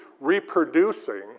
reproducing